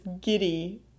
giddy